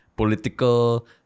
political